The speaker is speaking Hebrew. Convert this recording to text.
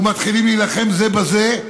ומתחילים להילחם זה בזה,